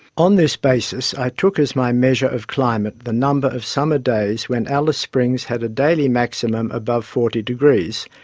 on this basis i took as my measure of climate the number of summer days when alice springs had a daily maximum above forty deg,